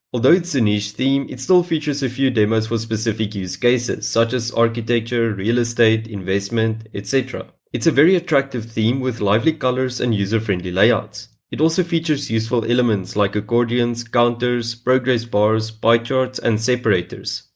although it's a niche theme, it still features a few demos for specific use cases such as architecture, real estate, investment, etc. it's a very attractive theme with lively colors and user-friendly layouts. it also features useful elements like accordions, counters, progress bars, pie charts and separators,